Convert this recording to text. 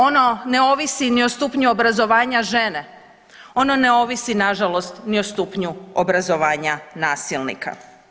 Ono ne ovisi ni o stupnju obrazovanja žene, ono ne ovisi nažalost ni o stupnju obrazovanja nasilnika.